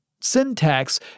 Syntax